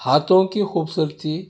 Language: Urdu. ہاتھوں کی خوبصورتی